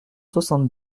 soixante